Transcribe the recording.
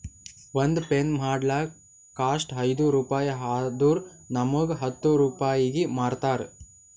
ಒಂದ್ ಪೆನ್ ಮಾಡ್ಲಕ್ ಕಾಸ್ಟ್ ಐಯ್ದ ರುಪಾಯಿ ಆದುರ್ ನಮುಗ್ ಹತ್ತ್ ರೂಪಾಯಿಗಿ ಮಾರ್ತಾರ್